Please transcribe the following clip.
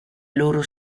loro